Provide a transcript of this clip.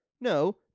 No